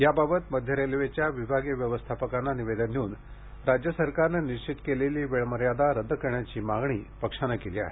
याबाबत मध्य रेल्वेच्या विभागीय व्यवस्थापकांना निवेदन देऊन राज्य सरकारने निश्चित केलेली वेळमर्यादा रद्द करण्याची मागणी पक्षाने केली आहे